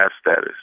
status